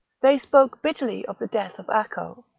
they spoke bitterly of the death of acco,